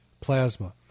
plasma